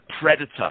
predator